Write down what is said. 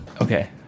Okay